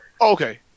okay